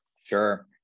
Sure